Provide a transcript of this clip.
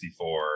64